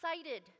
excited